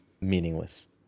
meaningless